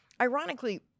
Ironically